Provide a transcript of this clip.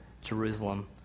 Jerusalem